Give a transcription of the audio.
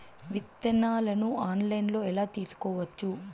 విత్తనాలను ఆన్లైన్లో ఎలా తీసుకోవచ్చు